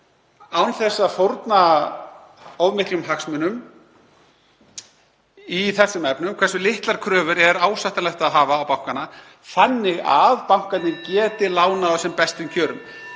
án þess að fórna of miklum hagsmunum í þessum efnum, hversu litlar kröfur er ásættanlegt að hafa á bankana þannig að (Forseti hringir.) bankarnir geti lánað á sem bestum kjörum?